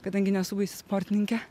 kadangi nesu sportininkė